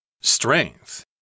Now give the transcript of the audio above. Strength